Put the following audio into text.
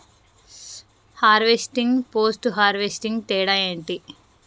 Harvesting, post harvesting తేడా ఏంటి?